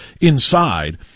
inside